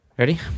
Ready